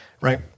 right